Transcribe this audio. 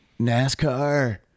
NASCAR